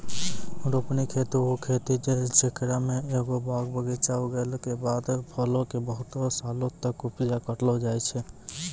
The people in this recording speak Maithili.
रोपनी खेती उ खेती छै जेकरा मे एगो बाग बगीचा लगैला के बाद फलो के बहुते सालो तक उपजा करलो जाय छै